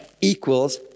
equals